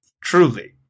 truly